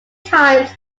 times